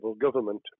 government